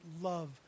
love